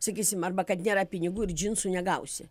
sakysim arba kad nėra pinigų ir džinsų negausi